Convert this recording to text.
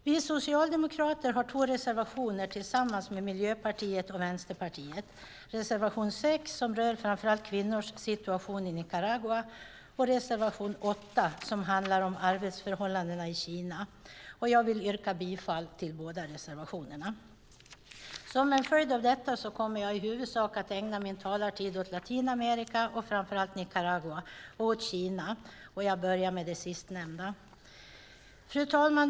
Vi socialdemokrater har två reservationer tillsammans med Miljöpartiet och Vänsterpartiet, reservation 6, som rör framför allt kvinnors situation i Nicaragua, och reservation 8, som handlar om arbetsförhållandena i Kina, och jag vill yrka bifall till båda reservationerna. Som en följd av detta kommer jag i huvudsak att ägna min talartid åt Latinamerika, framför allt Nicaragua, och åt Kina, och jag börjar med det sistnämnda. Fru talman!